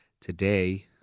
today